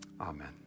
Amen